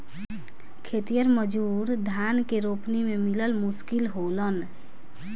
खेतिहर मजूर धान के रोपनी में मिलल मुश्किल होलन